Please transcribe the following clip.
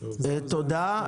תודה.